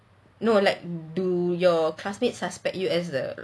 no like do your classmates suspect you as the